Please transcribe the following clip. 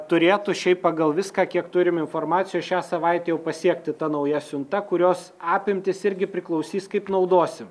turėtų šiaip pagal viską kiek turim informacijos šią savaitę jau pasiekti ta nauja siunta kurios apimtys irgi priklausys kaip naudosim